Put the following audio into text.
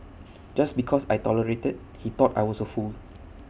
just because I tolerated he thought I was A fool